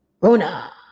Rona